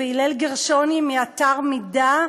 והלל גרשוני מאתר "מידה",